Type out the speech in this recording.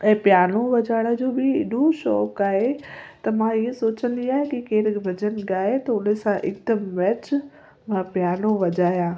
ऐं प्यानो वॼाइण जो बि हेॾो शौक़ु आहे त मां इअं सोचंदी आहियां कि केर भॼन ॻाए त हुन सां हिकदमि मैच मां प्यानो वॼाया